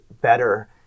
better